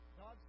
God